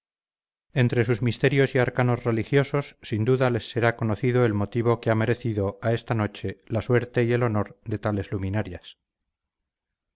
entre sus misterios y arcanos religiosos sin duda les será conocido el motivo que ha merecido a esta noche la suerte y el honor de tales luminarias